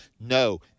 No